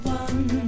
one